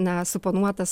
na suponuotas